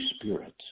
Spirit